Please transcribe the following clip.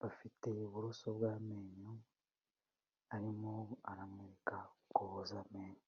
bafite uburoso bw'amenyo, arimo aramwereka uko boza amenyo.